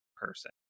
person